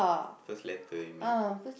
first letter you mean